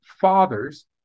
fathers